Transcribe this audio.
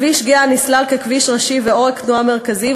כביש גהה נסלל ככביש ראשי ועורק תנועה מרכזי,